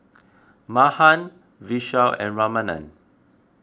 Mahan Vishal and Ramanand